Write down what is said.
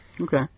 okay